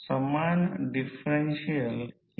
हे सर्वसाधारणपणे हे लक्षात ठेवले पाहिजे